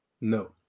No